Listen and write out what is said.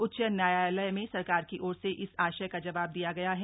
उच्च न्यायालय में सरकार की ओर से इस आशय का जवाब दिया गया है